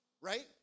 right